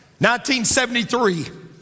1973